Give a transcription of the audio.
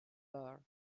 burr